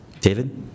David